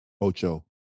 Ocho